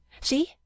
see